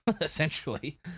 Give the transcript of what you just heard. essentially